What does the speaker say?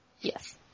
Yes